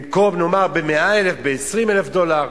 במקום נאמר ב-100,000, ב-20,000 דולר.